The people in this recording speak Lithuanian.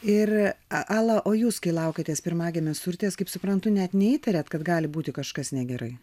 ir ala o jūs kai laukiatės pirmagimės urtės kaip suprantu net neįtarėt kad gali būti kažkas negerai